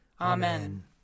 Amen